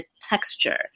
texture